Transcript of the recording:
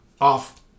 off